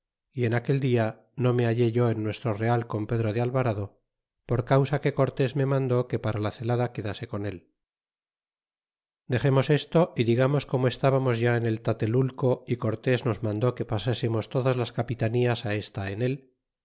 y en aquel dia no me hallé yo en nuestro real con pedro de alvarado por causa que cortés me mandó que para la celada qttedase con él dexernos desto y digamos como estábamos ya en el tatelulcoy cortés nos mandó que pasásemos todas las capitanías esta en él